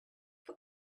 for